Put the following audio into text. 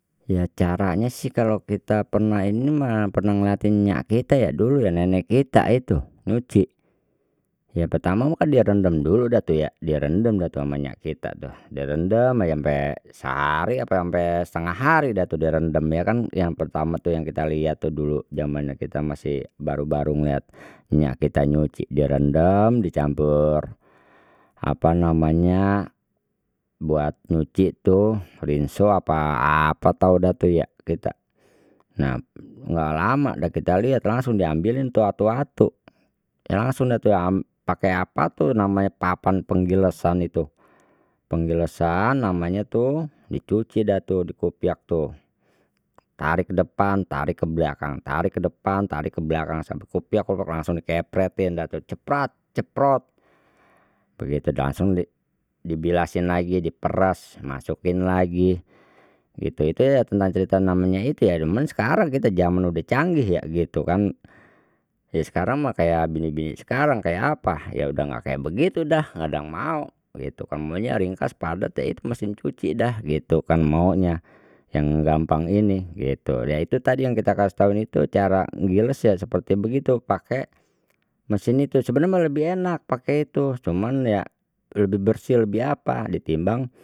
Ya caranya sih kalau kita pernah ini pernah mah ngelihatin enyak kita ya dulu ya nenek kita itu nyuci ya pertama mah kan dia rendem dulu dah tu ya dia rendem dah tu ama enyak kita tuh dia rendem aja ampe sehari apa sampai setengah hari dah tu direndem ya kan yang pertama tuh yang kita lihat tuh dulu zamannya kita masih baru baru ngeliat enyak kita nyuci direndam dicampur apa namanya, buat nyuci tuh rinso apa apa tahu dah tu ya kita nah enggak lama dah kita lihat langsung diambilin tu atu atu ya langsung dah tu pakai apa tuh namanya papan penggilesan itu penggilesan namanya tuh dicuci dah tu di kupyak tuh tarik depan tarik ke belakang tarik ke depan tarik ke belakang sambil ke kupyek langsung dikepretin atau ceprat ceprot, begitu langsung dibilasin lagi, diperas masukin lagi gitu itu ya tentang cerita namanya itu ya demen sekarang kita zaman udah canggih ya gitu kan ya sekarang mah kayak bini bini sekarang kayak apa ya, sudah enggak kayak begitu dah enggak mau gitu kan maunya ringkas padat ya itu mesin cuci dah gitu kan maunya yang gampang ini gitu ya itu tadi yang kita kasih tahu itu cara giles ya seperti begitu pakai mesin itu sebenarnya melebihi enak pakai itu cuman ya lebih bersih lebih apa ditimbang.